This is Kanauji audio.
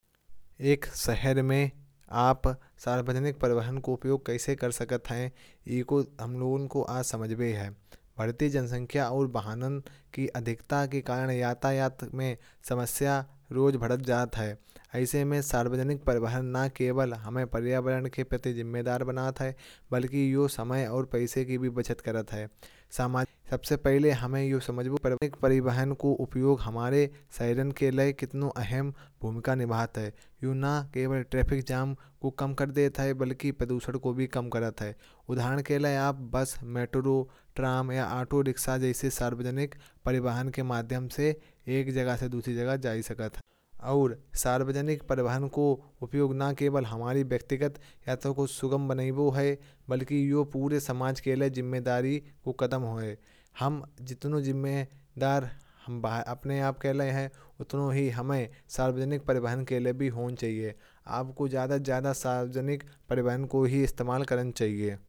एक शहर में आप सार्वजनिक परिवहन का उपयोग कैसे कर सकते हैं। इको हम लोगों को आज समझ में है। भारतीय जनसंख्या और वाहन की अधिकता के कारण यातायात में समस्या रोज़ बढ़त जात है। ऐसे में सार्वजनिक परिवहन ना केवल हमें पर्यावरण के प्रति जिम्मेदार बनात है। बल्कि यो समय और पैसे की भी बचत करत है। समाज सबसे पहले हमें यो समझबू पर एक परिवहन को उपयोग। हमारे सायरन के लिए कितना अहम भूमिका निभाता है। यून न केवल ट्रैफिक जाम को कम कर देता है बल्कि प्रदूषण को भी कम करत है। उदाहरण के लिए आप बस मेट्रो ड्रम या ऑटो रिक्शा। जैसे सार्वजनिक परिवहन के माध्यम से एक जगह से दूसरी जगह जारी सकत। और सार्वजनिक परिवहन को उपयोग न केवल हमारी व्यक्तिगत यात्रा को सुगम बना वो है। बल्कि यो पूरे समाज के लिए जिम्मेदारी को खत्म होए हम जितना जिम्मेदार। हम अपने आप के लिए हैं उतना ही हमें सार्वजनिक परिवहन के लिए भी होने चाहिए। आपको ज़्यादा से ज़्यादा सार्वजनिक परिवहन को ही इस्तेमाल करना चाहिए।